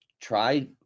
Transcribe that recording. try